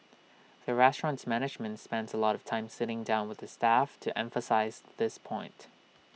the restaurant's management spends A lot of time sitting down with the staff to emphasise this point